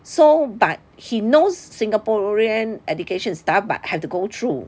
so but he knows singaporean education is tough but have to go through